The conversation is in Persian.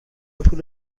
پول